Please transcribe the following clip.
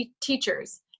teachers